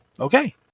Okay